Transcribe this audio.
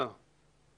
בסדר.